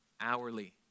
hourly